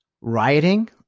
rioting